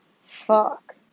Fuck